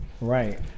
Right